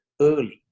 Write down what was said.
early